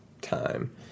time